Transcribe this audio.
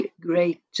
great